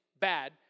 bad